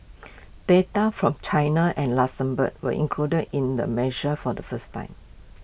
data from China and Luxembourg were included in the measure for the first time